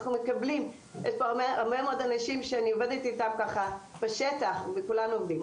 אנחנו מקבלים הרבה מאוד אנשים שאני עובדת איתם ככה בשטח וכולם עובדים,